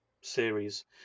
series